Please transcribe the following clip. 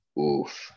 Oof